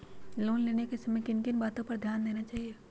Loan लेने के समय किन किन वातो पर ध्यान देना चाहिए?